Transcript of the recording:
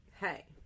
Hey